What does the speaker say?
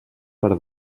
per